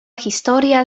historia